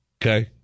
okay